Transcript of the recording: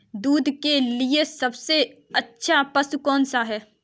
दूध के लिए सबसे अच्छा पशु कौनसा है?